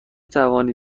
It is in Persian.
توانید